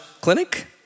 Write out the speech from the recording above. clinic